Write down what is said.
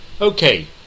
Okay